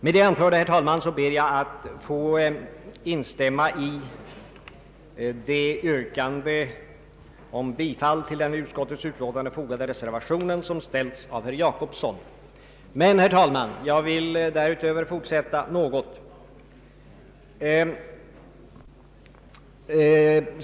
Med det anförda, herr talman, ber jag att få instämma i det yrkande om bifall till den vid utskottsutlåtandet fogade reservationen som framställts av herr Per Jacobsson. Men, herr talman, jag vill därutöver fortsätta något.